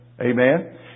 Amen